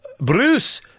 Bruce